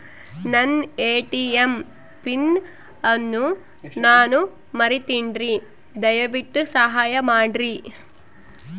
ನನ್ನ ATM PIN ಅನ್ನು ನಾನು ಮರಿತಿನ್ರಿ, ದಯವಿಟ್ಟು ಸಹಾಯ ಮಾಡ್ರಿ